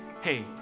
hey